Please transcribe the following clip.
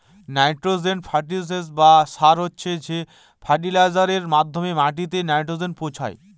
nitrogen ফার্টিলিসের বা সার হচ্ছে সে ফার্টিলাইজারের মাধ্যমে মাটিতে নাইট্রোজেন পৌঁছায়